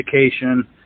education